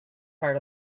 part